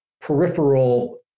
peripheral